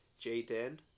Jaden